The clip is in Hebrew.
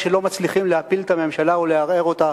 מכיוון שלא מצליחים להפיל את הממשלה או לערער אותה